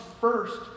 first